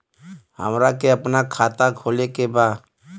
हमरा के अपना खाता खोले के बा?